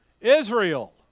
Israel